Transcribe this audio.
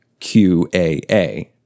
QAA